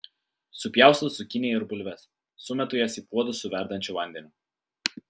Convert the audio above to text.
supjaustau cukiniją ir bulves sumetu jas į puodus su verdančiu vandeniu